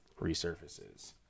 Resurfaces